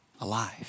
alive